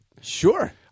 Sure